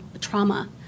trauma